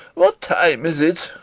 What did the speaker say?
what time is it?